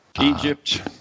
Egypt